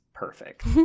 perfect